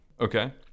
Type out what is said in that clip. Okay